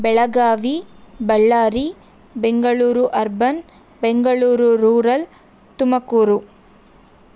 Belagavi Ballari Bengaluru urban Bengaluru rural Tumakuru